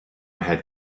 had